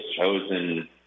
chosen